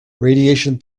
radiation